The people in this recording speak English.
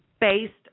based